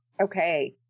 Okay